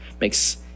Makes